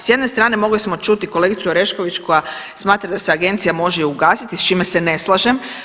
S jedne strane mogli smo čuti kolegicu Orešković koja smatra da se agencija može i ugasiti s čime se ne slažem.